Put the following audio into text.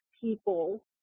people